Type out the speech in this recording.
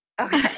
Okay